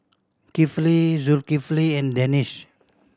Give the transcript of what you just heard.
Kifli Zulkifli and Danish